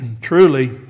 truly